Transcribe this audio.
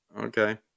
Okay